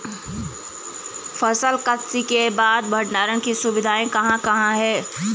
फसल कत्सी के बाद भंडारण की सुविधाएं कहाँ कहाँ हैं?